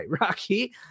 Rocky